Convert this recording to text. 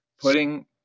putting